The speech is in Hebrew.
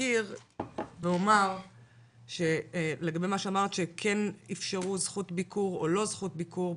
אזכיר ואומר לגבי מה שאמרת שכן אפשרו זכות ביקור או לא זכות ביקור,